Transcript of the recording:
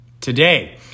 Today